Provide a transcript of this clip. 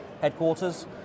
headquarters